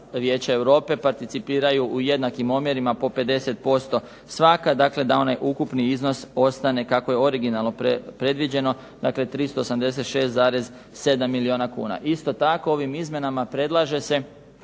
Vijeća Europe participiraju u jednakim omjerima po 50% svaka, dakle da onaj ukupni iznos ostane kako je originalno predviđeno, dakle 386,7 milijuna kuna. Isto tako ovim izmjenama predlaže se